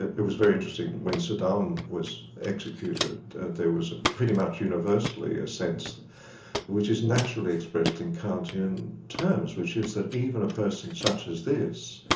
it was very interesting when saddam was executed, that there was pretty much universally a sense which is naturally expressed in kantian terms, which is that even a person such as this,